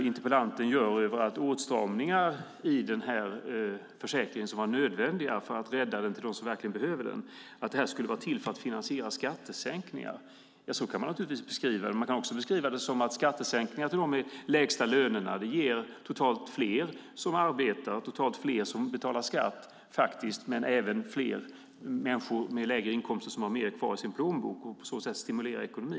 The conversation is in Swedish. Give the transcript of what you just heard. Interpellanten raljerar över att åtstramningarna i försäkringen, som var nödvändiga för att rädda den till dem som verkligen behöver den, skulle ha tillkommit för att finansiera skattesänkningar. Ja, så kan man beskriva det, men man kan också beskriva det som att skattesänkningar till dem med lägst löner ger totalt fler som arbetar och betalar skatt. Det ger också fler människor med lägre inkomster mer pengar över i plånboken, vilket stimulerar ekonomin.